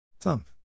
Thump